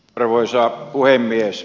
arvoisa puhemies